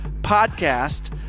podcast